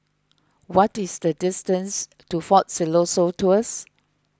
what is the distance to fort Siloso Tours